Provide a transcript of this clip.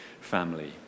family